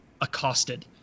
accosted